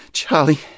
Charlie